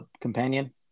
companion